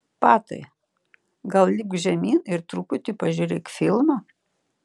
patai gal lipk žemyn ir truputį pažiūrėk filmą